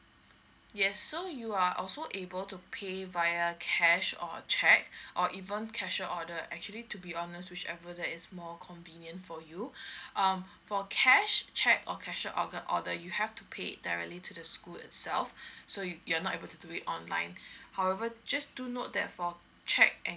yes so you are also able to pay via cash or cheque or even cashier order actually to be honest which ever that is more convenient for you um for cash cheque or cashier order order you have to pay it directly to the school itself so you you're not able to do it online however just do note that for cheque and